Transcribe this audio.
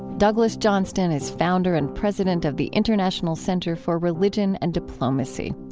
douglas johnston is founder and president of the international center for religion and diplomacy.